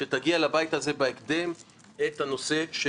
שתגיע לבית הזה בהקדם את המתווה שישמר,